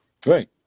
Great